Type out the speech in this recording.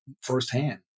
firsthand